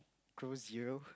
Crows Zero